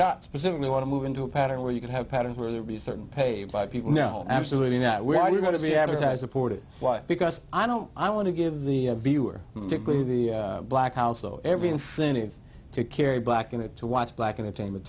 not specifically want to move into a pattern where you could have patterns where there would be certain pay by people no absolutely not we are going to be advertiser porter why because i don't i want to give the viewer the black house so every incentive to carry black and to watch black entertainment